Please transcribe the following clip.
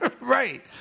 Right